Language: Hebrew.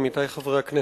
עמיתי חברי הכנסת,